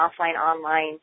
offline-online